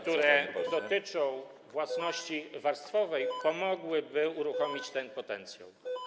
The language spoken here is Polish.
które dotyczą własności warstwowej, pomogłyby uruchomić ten potencjał.